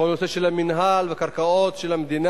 בכל הנושא של המינהל והקרקעות של המדינה.